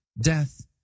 Death